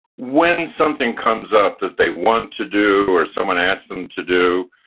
when something comes up that they want to do or someone ask them to do,